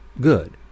good